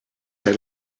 are